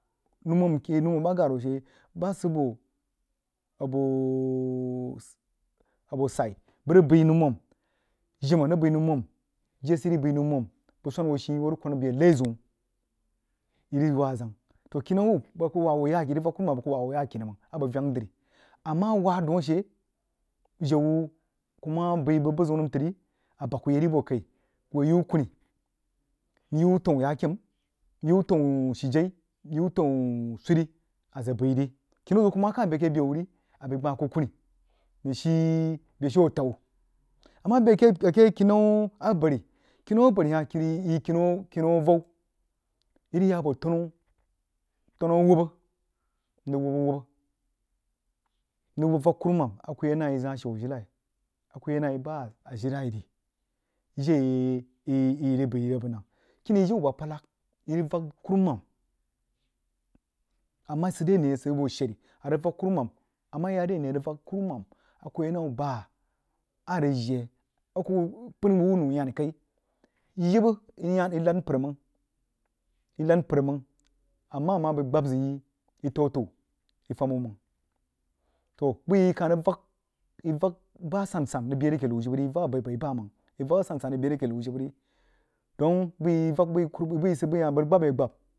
Noumum ba garo she bah sid boo abooh bah sai bəg rig bəi noumum jima rig bəi noumum jesiey rig bəi noumum bəg swan hoo shi hoo rig kwan gbeh laizəun yi rig wah azang kinau hubba bəg wah ho yi rig vak kurumam a bəg kuh wah hoo yah kini mag a bəg vang dwi a mah wah daun a she jan wuh mah bəi bəg buzəun nəm trí a bag kuh yarí boh kai kuh yi wuj kuni nyí wuh təun ya kīm nyí whg təun shi jeu myi təun suiri a zəg bəi ri khan zəu kuh naa kuh bəi a keh beh wuh ri a bəi gbah kuh kun nəng shi beshiu akan amah bəi ake kinau, kinau abari kinau abari hah kini yi kinau avou yi rig yah tanu, tanu aubba nrig wub-wubbah mrig vak vak kuru a kuh yi nah yi zah shiu ajilai a kuh yi nah yi bah ajilai ri jin ayi rig bən abənu kini jibə aba pad lag yi rig vak kurumam a mah sid re neh a rig vak kurumam a mah sid re neh a rig vak kurumam a mah sid re neh a rig vak kurumam a mah ya re neh a rig vak kuruman a kuh yi nah wuh bah a rig jie a lah pəin wuh nou-gani kai jibə yi yan yo lad npər mang yi lad npər mang a mah bəi gbab zəg yi yi təu-təu yi fam wuh mang toh buh yí yi kah rig vak bah san-san rig bəi re ake liu jibə yi vak abai-bai bamang yi vak asan-san rig bəi ra akeh liu jibə ri dong bəi yi yi vak bəg yi yi sid bəi yi hah bəg rig gbab yeh gbab